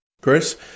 Chris